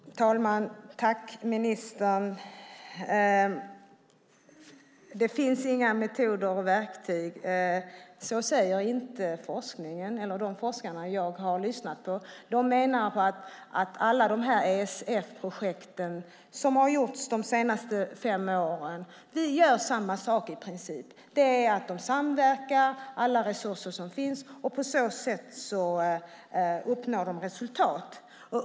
Fru talman! Tack, ministern! Det hävdas här att det inte finns metoder och verktyg. Så säger inte de forskare jag har lyssnat på. De menar att alla ESF-projekten som har genomförts de senaste åren gör i princip samma sak, nämligen att alla resurser som finns samverkar. På så sätt uppnår de resultat.